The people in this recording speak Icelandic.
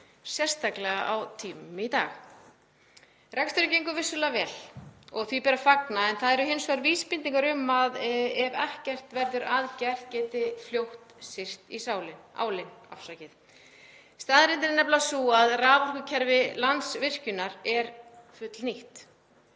sérstaklega nú á tímum. Reksturinn gengur vissulega vel og því ber að fagna en það eru hins vegar vísbendingar um að ef ekkert verður að gert geti fljótt syrt í álinn. Staðreyndin er nefnilega sú að raforkukerfi Landsvirkjunar er fullnýtt.